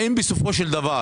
האם בסופו של דבר